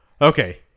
okay